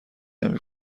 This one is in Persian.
نمی